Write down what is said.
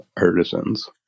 artisans